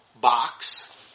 box